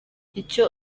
icyo